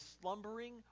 slumbering